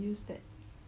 the lip balm